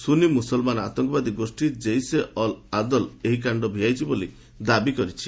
ସୁନି ମୁସଲମାନ ଆତଙ୍କବାଦୀ ଗୋଷୀ ଜୈସ୍ ଅଲ୍ ଆଦଲ୍ ଏହି କାଣ୍ଡ ଭିଆଇଛି ବୋଲି ଦାବି କରିଛି